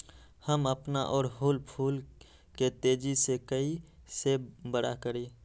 हम अपना ओरहूल फूल के तेजी से कई से बड़ा करी?